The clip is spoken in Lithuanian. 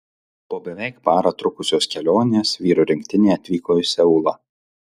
po beveik parą trukusios kelionės vyrų rinktinė atvyko į seulą